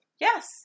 Yes